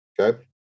Okay